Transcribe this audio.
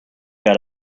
got